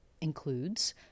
includes